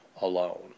alone